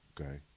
okay